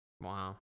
Wow